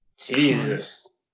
Jesus